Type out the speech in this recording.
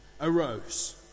arose